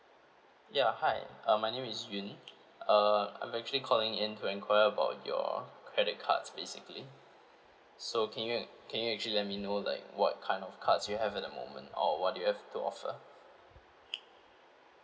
ya hi uh my name is yun uh I'm actually calling in to inquire about your credit cards basically so can you ac~ can you actually let me know like what kind of cards you have at the moment or what you have to offer